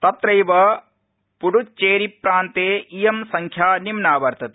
तत्रद्द पुड्चेरीप्रान्ते इयं संख्या निम्ना वर्तते